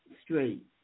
Straight